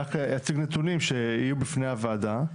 רק את הנתונים שיהיו בפני הוועדה,